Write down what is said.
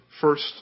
first